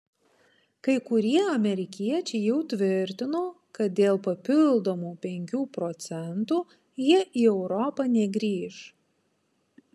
kai kurie amerikiečiai jau tvirtino kad dėl papildomų penkių procentų jie į europą negrįš